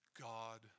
God